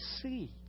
see